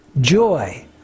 Joy